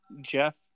Jeff